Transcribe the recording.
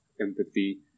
empathy